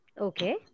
Okay